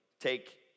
take